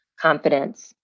confidence